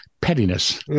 pettiness